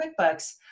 QuickBooks